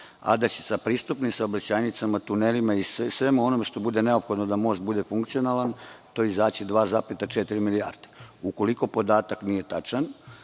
a da će sa pristupnim saobraćajnicama, tunelima i svemu onome što bude neophodno da most bude funkcionalan, to izaći 2,4 milijarde. Ukoliko podatak nije tačan,